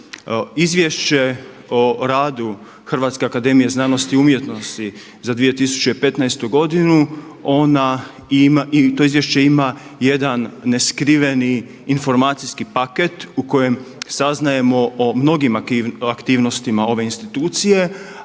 Izvješće o radu HAZU za 2015. godinu, to izvješće ima jedan neskriveni informacijski paket u kojem saznajemo o mnogim aktivnostima ove institucije,